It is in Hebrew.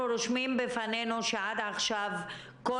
אנחנו רושמים לפנינו שעד עכשיו כל